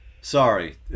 Sorry